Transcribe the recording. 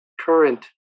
current